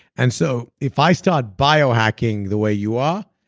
and so if i start biohacking the way you are,